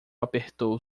apertou